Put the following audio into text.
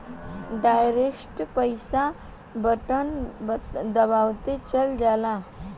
direct पईसा button दबावते चल जाता